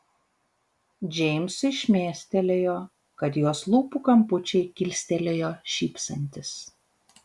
džeimsui šmėstelėjo kad jos lūpų kampučiai kilstelėjo šypsantis